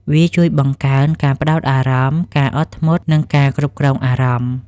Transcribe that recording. វាជួយបង្កើនការផ្តោតអារម្មណ៍ ការអត់ធ្មត់ និងការគ្រប់គ្រងអារម្មណ៍។